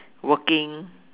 working